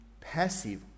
passive